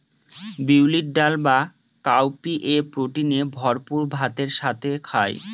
বিউলির ডাল বা কাউপিএ প্রোটিনে ভরপুর ভাতের সাথে খায়